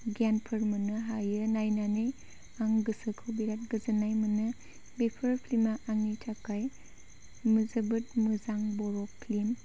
गियानफोर मोननो हायो नायनानै आं गोसोखौ बिराद गोजोननाय मोनो बेफोर फिल्मआ आंनि थाखाय जोबोद मोजां बर' फिल्म